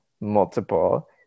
multiple